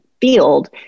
field